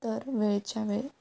तर वेळच्या वेळ